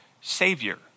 savior